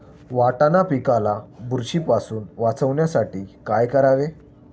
वाटाणा पिकाला बुरशीपासून वाचवण्यासाठी काय करावे?